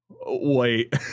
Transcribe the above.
Wait